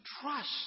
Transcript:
trust